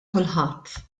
kulħadd